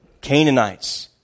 Canaanites